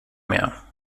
mehr